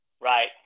Right